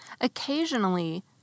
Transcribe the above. Occasionally